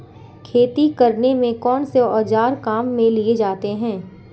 खेती करने में कौनसे औज़ार काम में लिए जाते हैं?